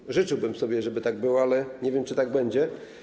I życzyłbym sobie, żeby tak było, ale nie wiem, czy tak będzie.